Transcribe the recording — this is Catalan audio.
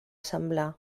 semblar